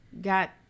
got